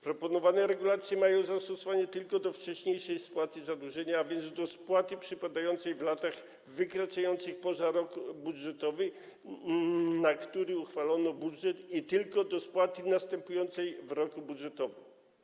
Proponowane regulacje mają zastosowanie tylko do wcześniejszej spłaty zadłużenia, a więc do spłaty przypadającej w latach wykraczających poza rok budżetowy, na który uchwalono budżet, i tylko do spłaty następującej w roku budżetowym.